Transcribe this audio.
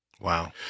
Wow